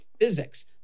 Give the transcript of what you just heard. physics